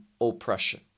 oppression